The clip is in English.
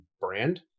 brand